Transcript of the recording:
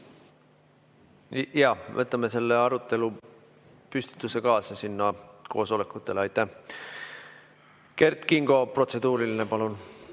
Jaa, võtame selle arutelupüstituse kaasa sinna koosolekutele. Kert Kingo, protseduuriline, palun!